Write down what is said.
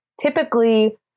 typically